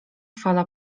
fala